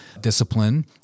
discipline